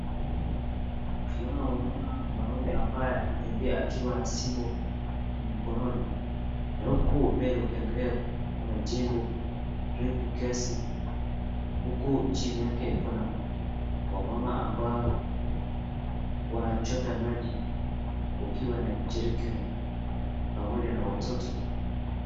Ukiona unaona mwanaume ambaye akitembea akiwa na simu mkononi, na huku mbele ukiangalia kuna jengo refu kiasi, huku chini yake kuna wamama ambao wanachota maji wakiwa na jerican pamoja na watoto.